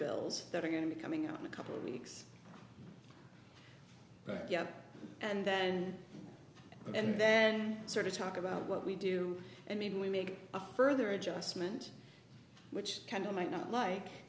bills that are going to be coming out in a couple of weeks and then and then sort of talk about what we do and maybe we make a further adjustment which kind of might not like